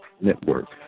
Network